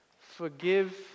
forgive